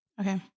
Okay